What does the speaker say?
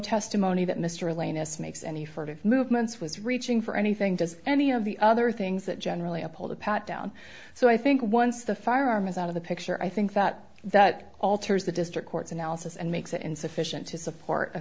testimony that mr lane as makes any furtive movements was reaching for anything does any of the other things that generally uphold the pat down so i think once the firearm is out of the picture i think that that alters the district court's analysis and makes it insufficient to support a